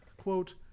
quote